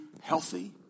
healthy